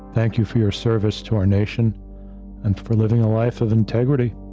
thank you for your service to our nation, and for living a life of integrity,